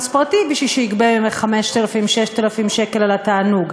פרטי שיגבה ממך 5,000 6,000 שקל על התענוג,